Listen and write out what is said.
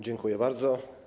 Dziękuję bardzo.